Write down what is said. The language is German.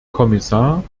kommissar